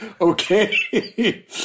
Okay